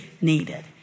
needed